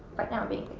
right now i'm being